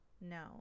no